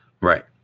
Right